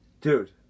Dude